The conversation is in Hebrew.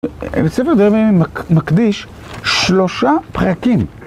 ספר דרי מקדיש שלושה פרקים.